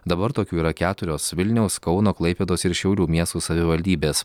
dabar tokių yra keturios vilniaus kauno klaipėdos ir šiaulių miesto savivaldybės